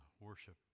worship